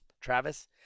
Travis